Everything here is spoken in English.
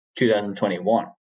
2021